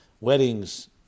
weddings